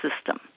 system